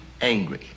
angry